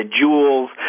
jewels